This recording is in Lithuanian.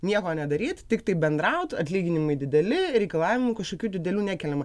nieko nedaryt tiktai bendraut atlyginimai dideli reikalavimų kažkokių didelių nekeliam